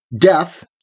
death